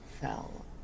fell